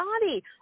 body